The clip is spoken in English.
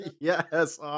Yes